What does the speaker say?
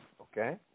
Okay